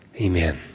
Amen